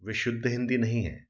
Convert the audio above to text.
वे शुद्ध हिंदी नहीं है